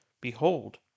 behold